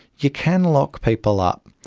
you can lock people up,